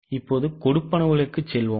இப்போது கொடுப்பனவுகளுக்கு செல்வோம்